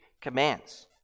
commands